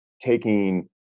taking